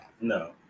No